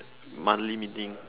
monthly meeting